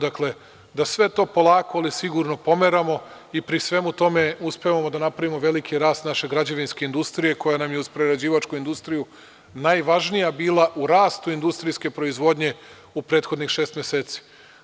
Dakle, da sve to polako ali sigurno pomeramo i pri svemu tome uspevamo da napravimo veliki rast naše građevinske industrije koja nam je uz prerađivačku industriju najvažnija bila u rastu industrijske proizvodnje u prethodnih šest meseci.